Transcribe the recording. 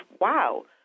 wow